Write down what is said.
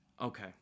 Okay